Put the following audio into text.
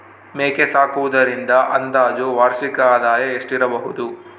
ಮೇಕೆ ಸಾಕುವುದರಿಂದ ಅಂದಾಜು ವಾರ್ಷಿಕ ಆದಾಯ ಎಷ್ಟಿರಬಹುದು?